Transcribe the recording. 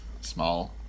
small